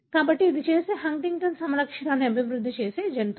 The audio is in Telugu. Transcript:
కాబట్టి ఇది హంటింగ్టన్ సమలక్షణాన్ని అభివృద్ధి చేసే జంతువు